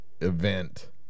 Event